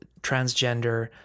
transgender